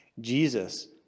Jesus